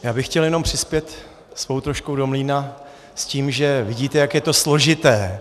Já bych chtěl přispět svou troškou do mlýna s tím, že vidíte, jak je to složité.